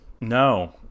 No